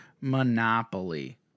Monopoly